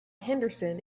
henderson